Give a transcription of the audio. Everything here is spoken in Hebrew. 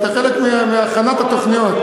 היית חלק מהכנת התוכניות.